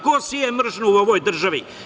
Ko seje mržnju u ovoj državi?